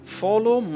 follow